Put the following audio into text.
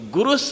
Guru